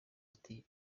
ati